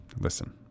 Listen